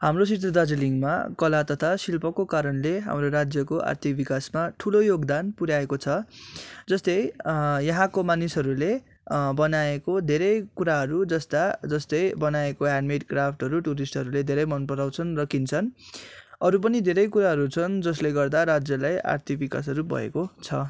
हाम्रो दार्जिलिङमा कला तथा शिल्पको कारणले हाम्रो राज्यको आर्थिक विकासमा ठुलो योगदान पुऱ्याएको छ जस्तै यहाँको मानिसहरूले बनाएको धेरै कुराहरू जस्ता जस्तै बनाएको ह्यान्डमेड क्राफ्टहरू टुरिस्टहरूले धेरै मनपराउँछन् र किन्छन् अरू पनि धेरै कुराहरू छन् जसले गर्दा राज्यलाई आर्थिक विकासहरू भएको छ